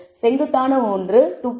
செங்குத்தான ஒன்று 2